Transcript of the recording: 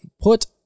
put